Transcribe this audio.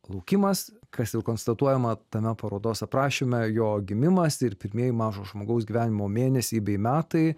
laukimas kas konstatuojama tame parodos aprašyme jo gimimas ir pirmieji mažo žmogaus gyvenimo mėnesiai bei metai